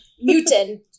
mutant